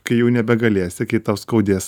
kai jau nebegalėsi kai tau skaudės